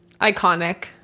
Iconic